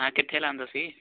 ਆ ਕਿੱਥੇ ਲਾਉਂਦਾ ਸੀ